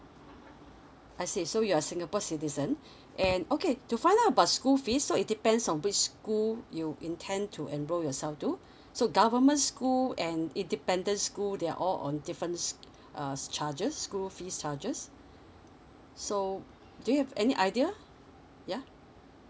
I see so you're singapore citizen and okay to find out about school fees so it depends on which school you intend to enroll yourself to so government school and independent school they are all on difference uh charges school fees charges so do you have any idea yeah